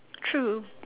true